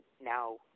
now